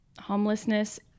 Homelessness